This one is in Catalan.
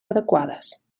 adequades